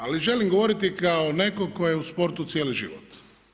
Ali želim govoriti kao netko tko je u sportu cijeli život.